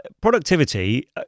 productivity